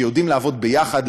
שיודעים לעבוד יחד,